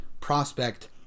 prospect